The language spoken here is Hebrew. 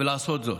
ולעשות זאת.